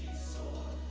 soul